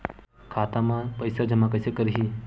खाता म पईसा जमा कइसे करही?